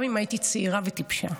גם אם הייתי צעירה וטיפשה.